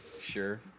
sure